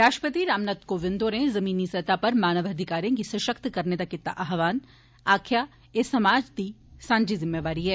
राष्ट्रपति रामनाथ कोविंद होरें ज़मीनी सतर पर मानवाधिकारें गी सशक्त करने दा कीता आहवान आक्खेया एह् समाज दी सांझी ज़िम्मेवारी ऐ